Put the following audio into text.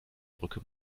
brücke